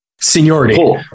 seniority